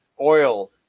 oil